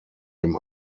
dem